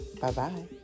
Bye-bye